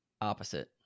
opposite